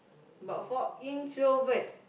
about four introvert